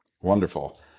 Wonderful